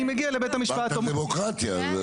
אני מגיע לבית המשפט --- אמרת דמוקרטיה אז.